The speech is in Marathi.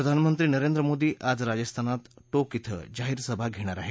प्रधानमंत्री नरेंद्र मोदी आज राजस्थानात टोक इथं जाहीर सभा घेणार आहेत